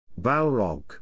Balrog